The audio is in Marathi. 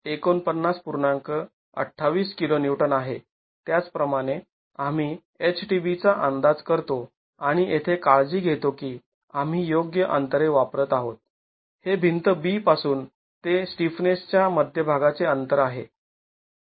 त्याचप्रमाणे आम्ही H tB चा अंदाज करतो आणि येथे काळजी घेतो की आम्ही योग्य अंतरे वापरत आहोत हे भिंत B पासून ते स्टिफनेसच्या मध्यभागाचे अंतर आहे